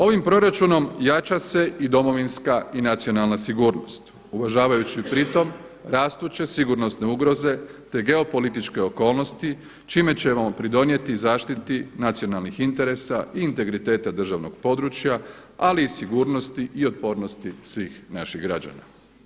Ovim proračunom jača se i domovinska i nacionalna sigurnost uvažavajući pritom rastuće sigurnosne ugroze te geopolitičke okolnosti čime ćemo pridonijeti zaštiti nacionalnih interesa i integriteta državnog područja, ali i sigurnosti i otpornosti svih naših građana.